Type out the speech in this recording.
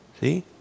See